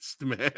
man